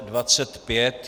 25.